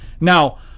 Now